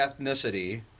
ethnicity